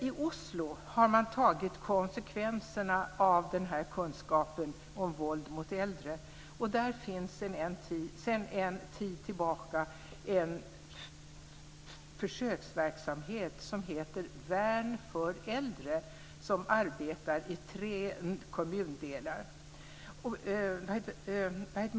I Oslo har man tagit konsekvenserna av denna kunskap om våld mot äldre. Där finns sedan en tid tillbaka en försöksverksamhet som heter Värn för äldre, som arbetar i tre kommundelar.